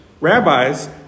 Rabbis